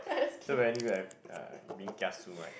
so uh being kiasu right